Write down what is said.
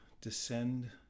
descend